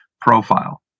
profile